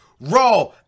Raw